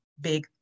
big